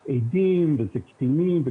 את הצלמת של אחד ערוצי הטלויזיה ואז תסתיים התופעה.